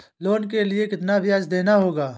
Loan के लिए कितना ब्याज देना होगा?